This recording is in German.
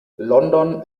london